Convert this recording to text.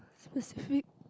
specific